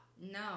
No